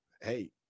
Hey